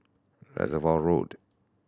Reservoir Road